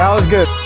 um was good!